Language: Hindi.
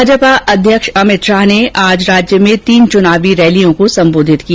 भाजपा अध्यक्ष अमित शाह ने आज राज्य में तीन चुनावी र्रेलियों को संबोधित किया